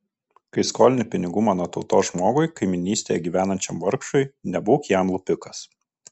kai skolini pinigų mano tautos žmogui kaimynystėje gyvenančiam vargšui nebūk jam lupikas